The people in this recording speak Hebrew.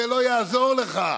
זה לא יעזור לך.